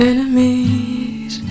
Enemies